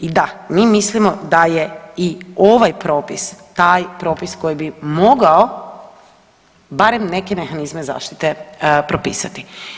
I da, mi mislimo da je i ovaj propis taj propis koji bi mogao barem neke mehanizme zaštite propisati.